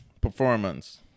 performance